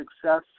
success